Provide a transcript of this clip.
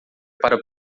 para